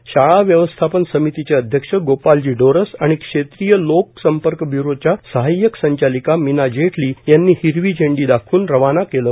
या रैलीला शाळा व्यवस्थापन समितिचे अध्यक्ष गोपालजी डोरस आणि क्षेत्रीय लोक संपर्क ब्यूरोच्या सहायक संचालिका मीना जेटली यांनी हिरवी झंडी दाखवून रवाना केले